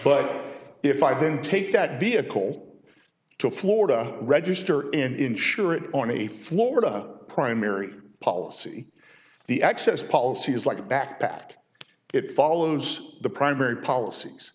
but if i then take that vehicle to florida register in insurance on a florida primary policy the access policy is like a backpack it follows the primary policies